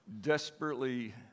desperately